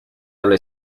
habla